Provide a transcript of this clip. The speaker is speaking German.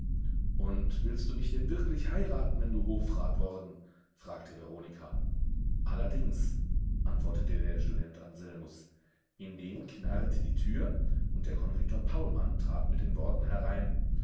und willst du mich denn wirklich heiraten wenn du hofrat worden fragte veronika allerdings antwortete der student anselmus indem knarrte die tür und der konrektor paulmann trat mit den worten herein